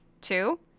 Two